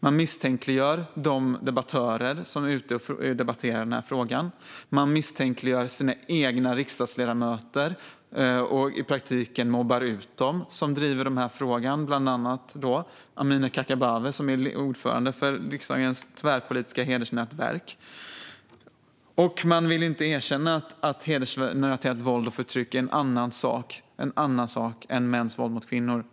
Man misstänkliggör de debattörer som debatterar den här frågan. Man misstänkliggör sina egna riksdagsledamöter och mobbar i praktiken ut dem som driver den här frågan, bland andra Amineh Kakabaveh som är ordförande för riksdagens tvärpolitiska hedersnätverk. Man vill inte heller erkänna att hedersrelaterat våld och förtryck är en annan sak än mäns våld mot kvinnor.